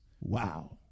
Wow